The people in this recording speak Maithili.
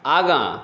आगाँ